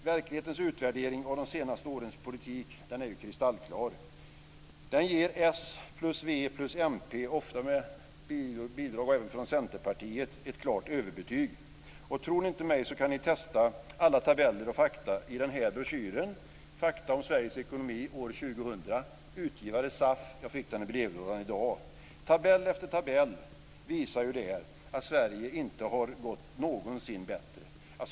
Verklighetens utvärdering av de senaste årens politik är ju kristallklar. Den ger s plus v plus mp, ofta med bidrag även från Centerpartiet, ett klart överbetyg. Tror ni mig inte kan ni testa alla tabeller och fakta i broschyren Fakta om Sveriges ekonomi år 2000, utgivare SAF. Jag fick den i brevlådan i dag. Tabell efter tabell visar där att det aldrig någonsin gått bättre för Sverige.